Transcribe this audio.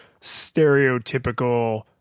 stereotypical